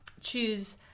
choose